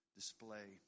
display